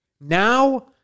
Now